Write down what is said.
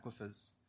aquifers